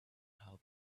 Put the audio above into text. how